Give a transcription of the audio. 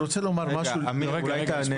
רגע, אמיר, אולי תענה?